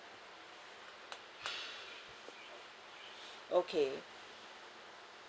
okay